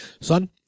son